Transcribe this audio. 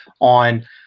on